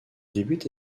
débute